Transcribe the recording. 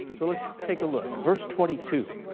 so let's take a look, verse twenty two.